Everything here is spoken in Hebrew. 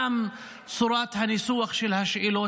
גם צורת הניסוח של השאלות,